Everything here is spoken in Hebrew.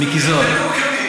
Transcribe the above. מיקי זוהר.